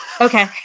Okay